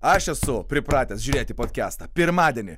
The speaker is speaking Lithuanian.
aš esu pripratęs žiūrėti podkestą pirmadienį